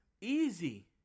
Easy